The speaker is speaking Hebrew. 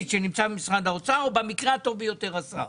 שנמצא במשרד האוצר או במקרה הטוב ביותר אצל השר.